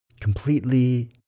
completely